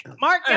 Mark